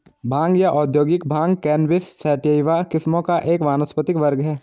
भांग या औद्योगिक भांग कैनबिस सैटिवा किस्मों का एक वानस्पतिक वर्ग है